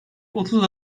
otuz